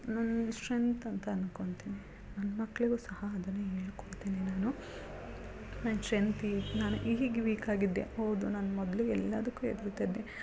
ನನ್ನ ಶ್ಟ್ರೆಂತ್ ಅಂತ ಅನ್ಕೊತಿನಿ ನನ್ನ ಮಕ್ಳಿಗೂ ಸಹ ಅದನ್ನೇ ಹೇಳ್ಕೊಡ್ತಿನಿ ನಾನು ನನ್ನ ಶ್ಟ್ರೆಂತ್ ಈ ನಾನೇ ಈಗೀಗ ವೀಕ್ ಆಗಿದ್ದೆ ಹೌದು ನಾನು ಮೊದಲು ಎಲ್ಲದಕ್ಕೂ ಹೆದ್ರುತಿದ್ದೆ